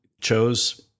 chose